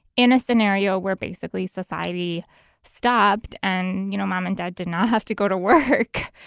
in a scenario where basically society stopped and, you know, mom and dad did not have to go to work,